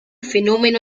fenómeno